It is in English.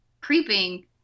creeping